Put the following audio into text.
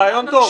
רעיון טוב.